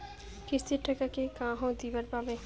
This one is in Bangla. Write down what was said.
কিস্তির টাকা কি যেকাহো দিবার পাবে?